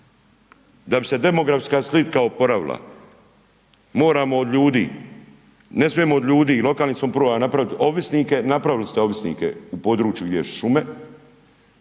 Da bi se demografska slika oporavila moramo od ljudi, ne smijemo od ljudi, lokalnih samouprava napraviti ovisnike, napravili ste ovisnike u području gdje su